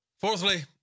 fourthly